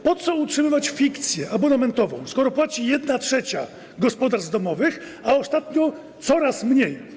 Po co utrzymywać fikcję abonamentową, skoro płaci 1/3 gospodarstw domowych, a ostatnio coraz mniej?